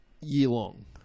year-long